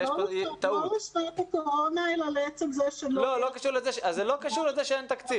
זה לא קשור לכך שאין תקציב.